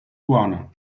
guyana